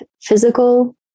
physical